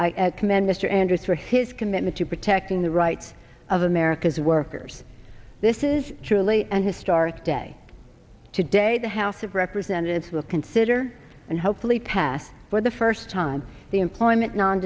i commend mr andrews for his commitment to protecting the rights of america's workers this is truly an historic day today the house of representatives will consider and hopefully pass for the first time the employment non